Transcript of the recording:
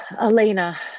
Elena